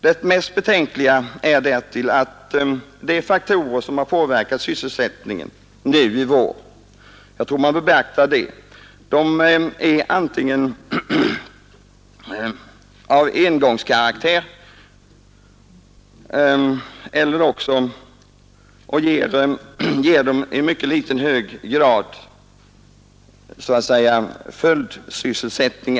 Det mest betänkliga är dock att de faktorer som har påverkat sysselsättningen i vår — jag tror man bör beakta det — är av engångskaraktär och i mycket liten grad ger följdsysselsättning.